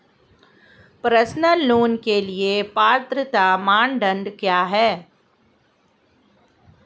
Personal loan के लिए पात्रता मानदंड क्या हैं?